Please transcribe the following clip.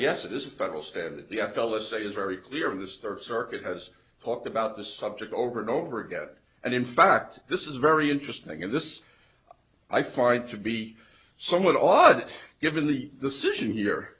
yes it is a federal standard the f l is it is very clear this third circuit has talked about this subject over and over again and in fact this is very interesting and this i find to be somewhat awed given the decision here